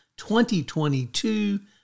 2022